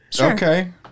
Okay